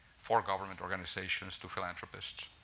four government organizations to philanthropists.